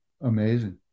amazing